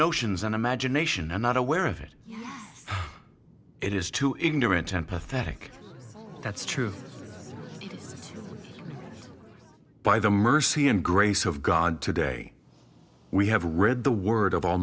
notions and imagination and not aware of it it is too ignorant to empathetic that's true by the mercy and grace of god today we have read the word of